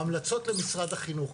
ההמלצות למשרד החינוך,